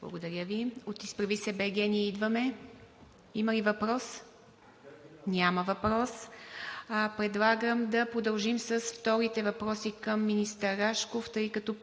Благодаря Ви. От „Изправи се БГ! Ние идваме!“ има ли въпрос? Няма въпрос. Предлагам да продължим с вторите въпроси към министър Рашков, тъй като се